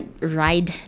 ride